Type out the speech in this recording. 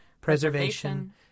preservation